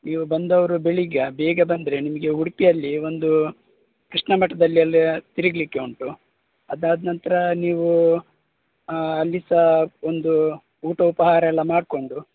ನೀವು ಬಂದವರು ಬೆಳಿಗ್ಗೆ ಬೇಗ ಬಂದರೆ ನಿಮಗೆ ಉಡುಪಿಯಲ್ಲಿ ಒಂದು ಕೃಷ್ಣಮಠದಲ್ಲಿ ತಿರುಗಲಿಕ್ಕೆ ಉಂಟು ಅದು ಆದ ನಂತರ ನೀವು ಅಲ್ಲಿ ಸಹ ಒಂದು ಊಟ ಉಪಾಹಾರ ಎಲ್ಲ ಮಾಡಿಕೊಂಡು